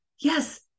Yes